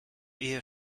ehe